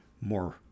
more